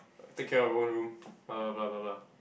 take care of your own room blah blah blah blah blah